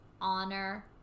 honor